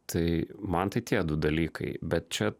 tai man tai tie du dalykai bet čia